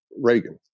reagan